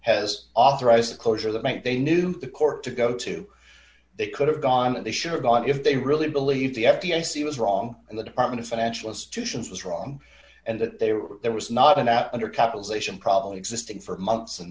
has authorized closure that meant they knew the court to go to they could have gone and they should have gone if they really believed the f d i c was wrong and the department of financial institutions was wrong and that they were there was not an ad under capitalization probably existing for months and